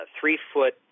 three-foot